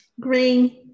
Green